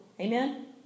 Amen